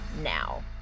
now